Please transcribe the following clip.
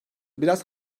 biraz